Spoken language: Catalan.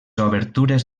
obertures